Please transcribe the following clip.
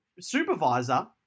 supervisor